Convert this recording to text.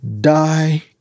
die